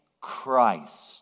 Christ